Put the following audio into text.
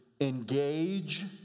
engage